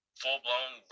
full-blown